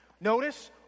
Notice